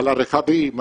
על הרכבים,